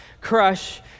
crush